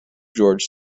george